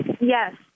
Yes